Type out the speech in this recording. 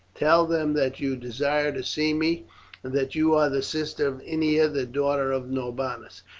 tell them that you desire to see me, and that you are the sister of ennia, the daughter of norbanus,